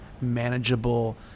manageable